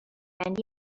and